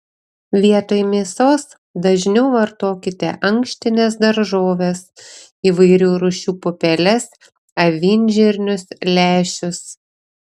vietoj mėsos dažniau vartokite ankštines daržoves įvairių rūšių pupeles avinžirnius lęšius